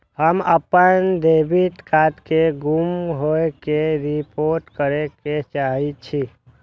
हम अपन debit card के गुम होय के रिपोर्ट करे के चाहि छी